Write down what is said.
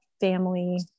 family